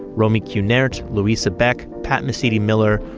romy kunert, luisa beck, pat mesiti-miller,